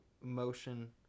motion